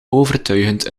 overtuigend